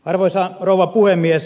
arvoisa rouva puhemies